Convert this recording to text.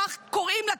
כך קוראים לה,